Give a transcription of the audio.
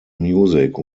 music